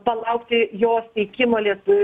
palaukti jos teikimo lietu